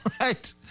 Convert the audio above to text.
right